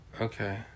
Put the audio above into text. Okay